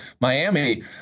Miami